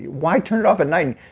why turn it off at night?